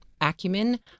acumen